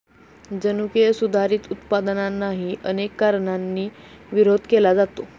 जनुकीय सुधारित उत्पादनांनाही अनेक कारणांनी विरोध केला जातो